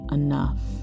enough